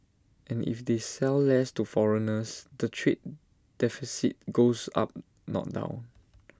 and if they sell less to foreigners the trade deficit goes up not down